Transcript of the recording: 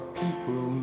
people